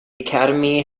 academy